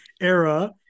era